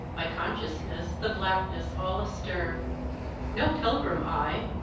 my consciousness the blackness all astir. no pilgrim i,